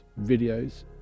videos